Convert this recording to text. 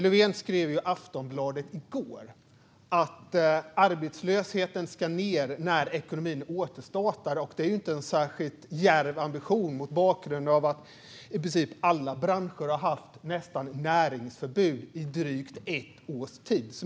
Löfven skrev i Aftonbladet i går att arbetslösheten ska ned när ekonomin återstartar. Det är ju inte en särskilt djärv ambition mot bakgrund av att i princip alla branscher har haft så gott som näringsförbud i drygt ett års tid.